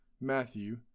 Matthew